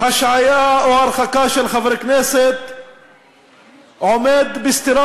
השעיה או הרחקה של חבר כנסת עומדת בסתירה